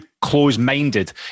close-minded